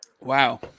Wow